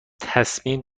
تصمیم